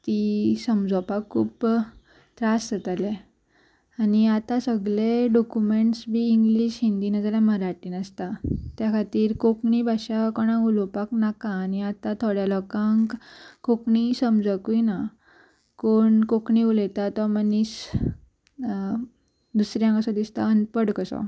ती समजोवपाक खूब त्रास जातालें आनी आतां सगळे डॉक्युमेंट्स बी इंग्लीश हिंदी नाजाल्यार मराठीन आसता त्या खातीर कोंकणी भाशा कोणाक उलोवपाक नाका आनी आतां थोड्या लोकांक कोंकणी समजकूय ना कोण कोंकणी उलयता तो मनीस दुसऱ्यांक असो दिसता अनपड कसो